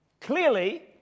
Clearly